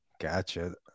Gotcha